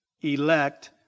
elect